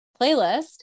playlist